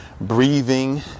breathing